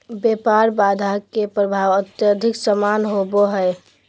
व्यापार बाधा के प्रभाव अत्यधिक असमान होबो हइ